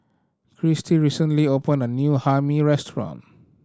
Christie recently opened a new Hae Mee restaurant